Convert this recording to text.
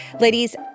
Ladies